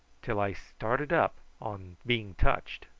till i started up on being touched.